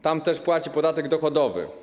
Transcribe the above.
Tam też płaci podatek dochodowy.